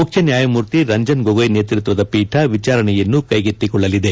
ಮುಖ್ಯ ನ್ಯಾಯಮೂರ್ತಿ ರಂಜನ್ ಗೊಗೋಯ್ ನೇತೃತ್ವದ ಪೀಠ ವಿಚಾರಣೆಯನ್ನು ಕೈಗೆತ್ತಿಕೊಳ್ಳಲಿದೆ